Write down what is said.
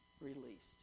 released